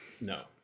No